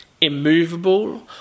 immovable